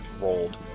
rolled